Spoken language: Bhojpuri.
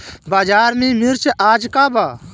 बाजार में मिर्च आज का बा?